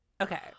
Okay